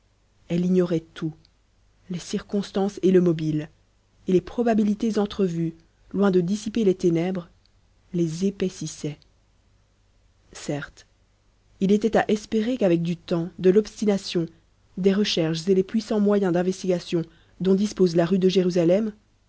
elle ignorait tout les circonstances et le mobile et les probabilités entrevues loin de dissiper les ténèbres les épaississaient certes il était à espérer qu'avec du temps de l'obstination des recherches et les puissants moyens d'investigation dont dispose la rue de jérusalem